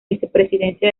vicepresidencia